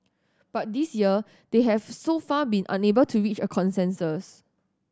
but this year they have so far been unable to reach a consensus